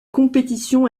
compétition